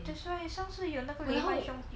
就所以上次有那个雷曼兄弟